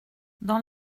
dans